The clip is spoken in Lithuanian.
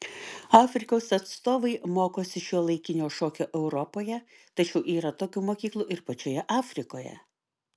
afrikos atstovai mokosi šiuolaikinio šokio europoje tačiau yra tokių mokyklų ir pačioje afrikoje